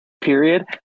period